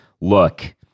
look